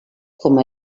coma